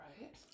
right